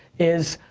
is,